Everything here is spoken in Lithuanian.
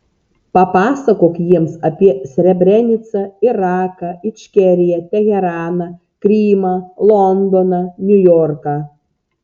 papasakok jiems apie srebrenicą iraką ičkeriją teheraną krymą londoną niujorką